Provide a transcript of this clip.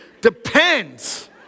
depends